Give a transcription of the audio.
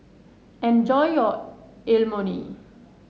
enjoy your Lmoni